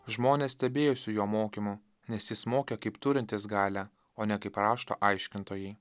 žmonės stebėjosi jo mokymu nes jis mokė kaip turintis galią o ne kaip rašto aiškintojai